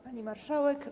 Pani Marszałek!